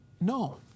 No